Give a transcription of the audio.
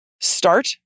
Start